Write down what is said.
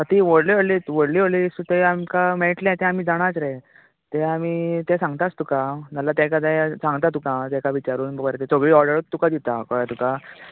हां तीं व्हडलीं व्हडलीं व्हडलीं व्हडलीं आसू तें आमकां मेळटलें तें आमी जाणांत रे तें आमी तें सांगताच तुका हांव नाल्या तेंका तें सांगता तुका हांव तेका विचारून सगळी ऑर्डरूच तुका दिता हांव कळ्ळें तुका